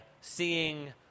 seeing